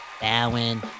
Bowen